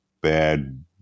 bad